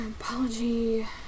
Apology